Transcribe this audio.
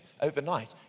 overnight